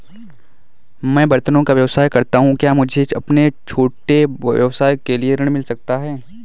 मैं बर्तनों का व्यवसाय करता हूँ क्या मुझे अपने छोटे व्यवसाय के लिए ऋण मिल सकता है?